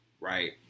right